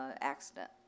accident